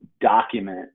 document